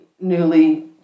newly